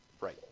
Right